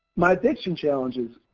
my addiction challenges,